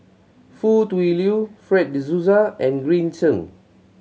Foo Tui Liew Fred De Souza and Green Zeng